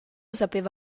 sapeva